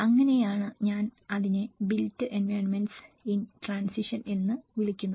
അങ്ങനെയാണ് ഞാൻ അതിനെ ബിൽറ്റ് എൻവയണ്മെന്റ്സ് ഇൻ ട്രാന്സിഷൻ എന്ന് വിളിക്കുന്നത്